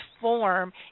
form